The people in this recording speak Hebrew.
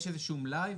יש איזה שהוא מלאי,